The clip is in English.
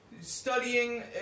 studying